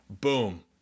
Boom